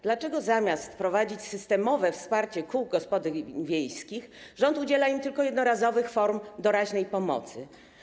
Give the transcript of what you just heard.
Dlaczego zamiast wprowadzić systemowe wsparcie kół gospodyń wiejskich, rząd udziela im tylko jednorazowych form doraźnej pomocy?